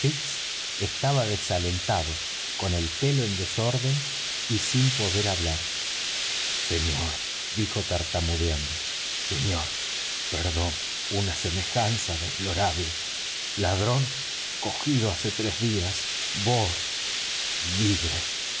estaba desalentado con el pelo en desorden y sin poder hablar señor dijo tartamudeando señor perdón una semejanza deplorable ladrón preso hace tres días vos libre